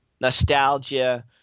nostalgia